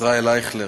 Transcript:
ישראל אייכלר,